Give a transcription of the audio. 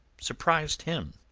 surprised him.